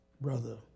Brother